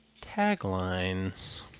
taglines